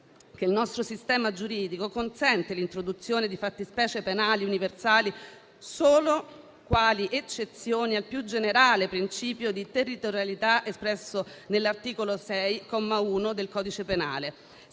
che il nostro sistema giuridico consente l'introduzione di fattispecie penali universali solo quali eccezioni al più generale principio di territorialità espresso nell'articolo 6, comma 1, del codice penale,